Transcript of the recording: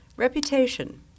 Reputation